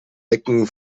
decken